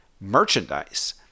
merchandise